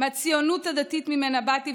מהציונות הדתית שממנה באתי,